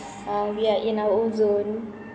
uh we are in our own zone